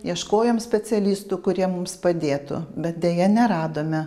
ieškojom specialistų kurie mums padėtų bet deja neradome